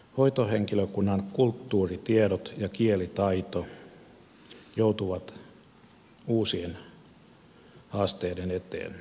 hoitohenkilökunnan kulttuuritiedot ja kielitaito joutuvat uusien haasteiden eteen